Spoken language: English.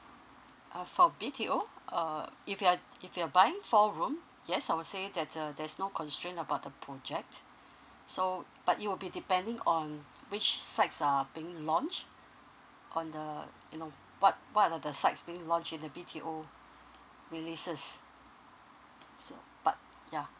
uh for B_T_O uh if you're if you're buying four room yes I'll say that uh there's no constrain about the project so but it will be depending on which sites uh being launched on the you know what what are the sites being launched in the B_T_O releases so but ya